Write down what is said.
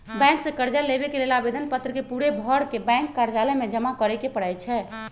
bank से कर्जा लेबे के लेल आवेदन पत्र के पूरे भरके बैंक कर्जालय में जमा करे के परै छै